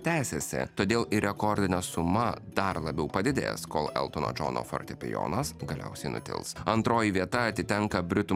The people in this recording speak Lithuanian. tęsiasi todėl ir rekordinė suma dar labiau padidės kol eltono džono fortepijonas galiausiai nutils antroji vieta atitenka britų